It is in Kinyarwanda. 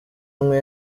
umwe